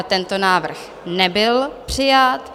Tento návrh nebyl přijat.